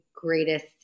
greatest